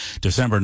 December